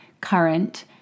current